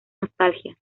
nostalgia